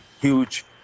huge